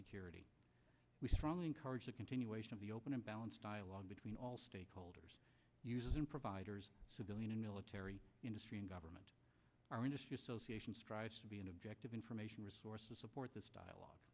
security we strongly encourage the continuation of the open and balanced dialogue between all stakeholders in providers civilian and military industry and government our industry association strives to be an objective information resource to support this dialog